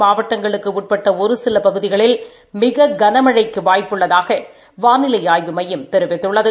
மாவட்டங்களுக்கு உட்பட்ட ஒரு சில பகுதிகளில் மிக கனமழைக்கு வாய்ப்பு உள்ளதாக வாளிலை ஆய்வு மையம் கூறியுள்ளது